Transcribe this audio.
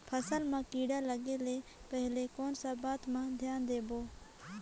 फसल मां किड़ा लगे ले पहले कोन सा बाता मां धियान देबो?